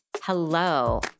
Hello